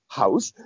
house